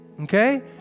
okay